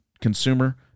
consumer